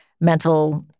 mental